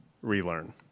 relearn